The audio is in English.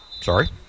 Sorry